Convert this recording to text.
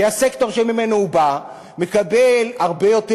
כי הסקטור שממנו הוא בא מקבל הרבה יותר,